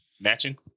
Matching